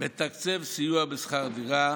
מתקצב סיוע בשכר דירה,